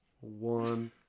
one